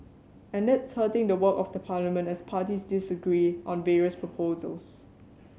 and that's hurting the work of the parliament as parties disagree on various proposals